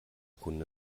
kunde